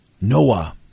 Noah